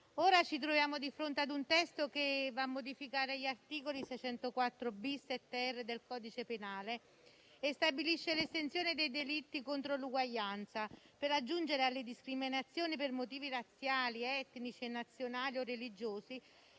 Ora ci troviamo di fronte ad un testo che va a modificare gli articoli 604-*bis* e 604-*ter* del codice penale e stabilisce l'estensione dei delitti contro l'uguaglianza, per aggiungere alle discriminazioni per motivi razziali, etnici, nazionali o religiosi